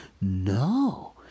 No